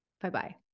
Bye-bye